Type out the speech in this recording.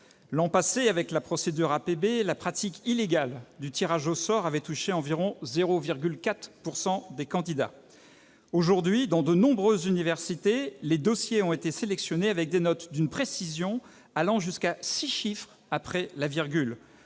l'an passé, avec la procédure APB, la pratique illégale du tirage au sort avait touché environ 0,4 % des candidats. Aujourd'hui, dans de nombreuses universités, les dossiers ont été sélectionnés avec des notes d'une précision allant jusqu'à six chiffres après la virgule.